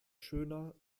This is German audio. schöner